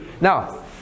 Now